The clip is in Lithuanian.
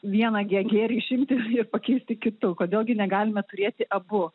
vieną gėrį išimti ir pakeisti kitu kodėl gi negalime turėti abu